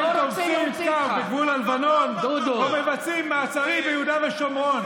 נלחמים בגבול הלבנון או מבצעים מעצרים ביהודה ושומרון.